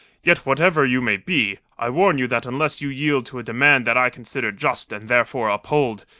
yet, whatever you may be, i warn you that unless you yield to a demand that i consider just and therefore uphold,